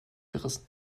gerissen